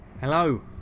Hello